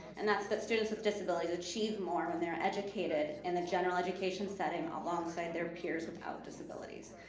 and that's that students with disabilities achieve more when they are educated in the general education setting alongside their peers without disabilities.